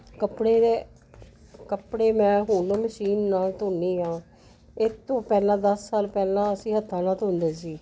ਕੱਪੜੇ ਦੇ ਕੱਪੜੇ ਮੈਂ ਹੁਣ ਮਸ਼ੀਨ ਨਾਲ ਧੋਂਦੀ ਹਾਂ ਇਹ ਤੋਂ ਪਹਿਲਾਂ ਦਸ ਸਾਲ ਪਹਿਲਾਂ ਅਸੀਂ ਹੱਥਾਂ ਨਾਲ ਧੋਂਦੇ ਸੀ